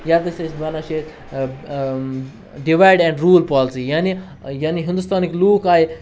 یَتھ ہَسا أسۍ وَنان چھِ ڈِوایِڈ اینٛڈ روٗل پالِسی یعنے یعنے ہِندوستانٕکۍ لوٗکھ آے